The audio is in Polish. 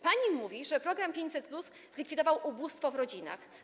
Pani mówi, że program 500+ zlikwidował ubóstwo w rodzinach.